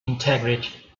integrity